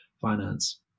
finance